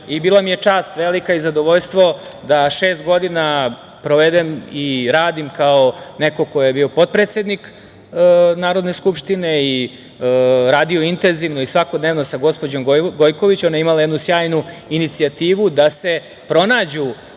i bila mi je velika čast i zadovoljstvo da šest godina provedem i radim kao neko ko je bio potpredsednik Narodne skupštine i radio intenzivno i svakodnevno sa gospođom Gojković, ona je imala jednu sjajnu inicijativu da se pronađu